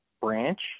branch